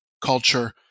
culture